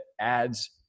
adds